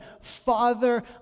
Father